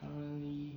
currently